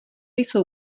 jsou